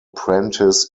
prentiss